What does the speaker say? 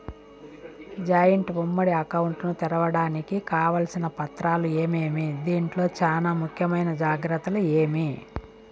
Joint ఉమ్మడి account ను తెరవడానికి కావాల్సిన పత్రాలు ఏమేమి? దీంట్లో చానా ముఖ్యమైన జాగ్రత్తలు ఏమి?